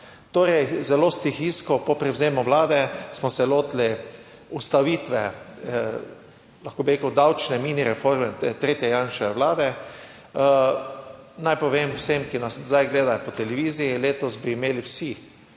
torej zelo stihijsko. Po prevzemu vlade smo se lotili ustavitve, lahko bi rekel davčne mini reforme tretje Janševe vlade. Naj povem vsem, ki nas zdaj gledajo po televiziji, letos bi imeli vsi